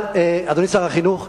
אבל, אדוני שר החינוך,